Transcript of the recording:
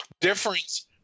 difference